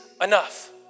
enough